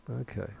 Okay